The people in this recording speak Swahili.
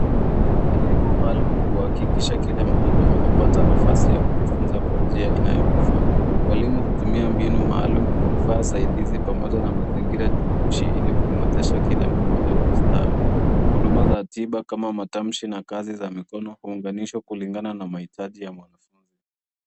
Elimu maalum huhakikisha kila mtoto anapata nafasi ya kujifunza kwa njia inayomfaa. Mwalimu hutumia mbinu maalum, vifaa zaidizi pamoja na mazingira jumuishi ili kumwezesha kila mija kustawi. Huduma za tiba kama matamshi na kazi za mikono huunganishwa kulingana na mahitaji ya mwanafunzi.